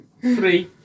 three